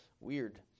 Weird